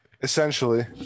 Essentially